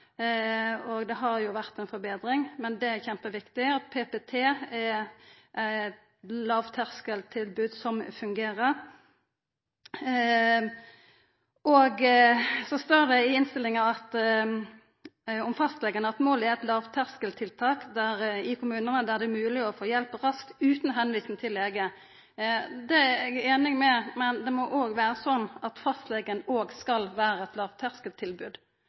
Det har vore ei forbetring, men det er kjempeviktig at PPT er eit lågterskeltilbod som fungerer. Så står det i innstillinga om fastlegane at «målet må være lavterskeltilbud i kommunene hvor det er mulig å få rask hjelp uten henvisning». Det er eg einig i, men det må òg vera sånn at fastlegen skal vera eit